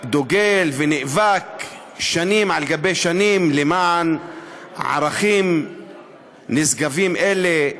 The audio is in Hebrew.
דוגל ונאבק שנים על שנים למען ערכים נשגבים אלה,